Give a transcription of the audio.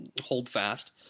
holdfast